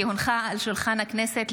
כי הונחה על שולחן הכנסת,